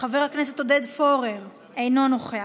חבר הכנסת עודד פורר, אינו נוכח,